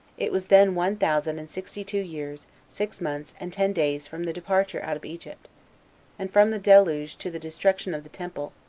it was then one thousand and sixty-two years, six months, and ten days from the departure out of egypt and from the deluge to the destruction of the temple,